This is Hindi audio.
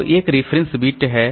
तो एक रेफरेंस बिट है